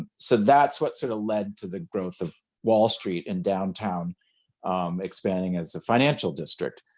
ah so that's what sort of led to the growth of wall street in downtown expanding as the financial district.